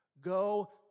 Go